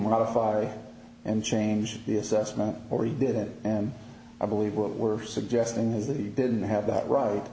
modify and change the assessment or he didn't and i believe what we're suggesting is that he didn't have that right